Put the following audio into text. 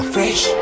Fresh